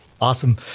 Awesome